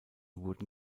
wurden